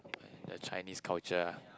the Chinese culture ah